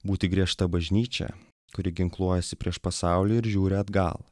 būti griežta bažnyčia kuri ginkluojasi prieš pasaulį ir žiūri atgal